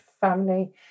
family